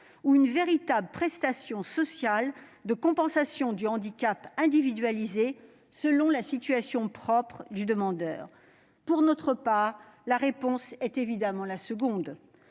ou une véritable prestation sociale de compensation du handicap individualisée, selon la situation propre du demandeur ? Pour notre part, la réponse est évidemment la seconde.